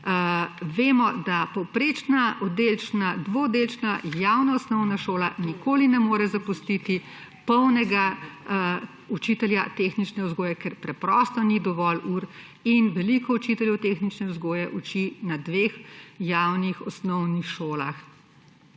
Vemo, da povprečna dvooddelčna javna osnovna šola nikoli ne more zaposliti polnega učitelja tehnične vzgoje, ker preprosto ni dovolj ur. Veliko učiteljev tehnične vzgoje uči na dveh javnih osnovnih šolah.